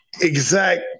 exact